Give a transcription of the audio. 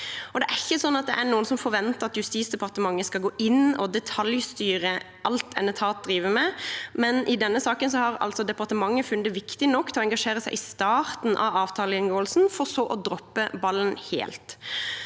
det er noen som forventer at Justisdepartementet skal gå inn og detaljstyre alt en etat driver med, men i denne saken har altså departementet funnet det viktig nok til å engasjere seg i starten av avtaleinngåelsen, for så å droppe ballen helt.